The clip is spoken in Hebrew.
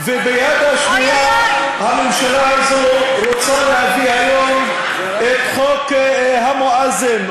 וביד השנייה הממשלה הזאת רוצה להביא היום את חוק המואזין,